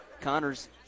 Connors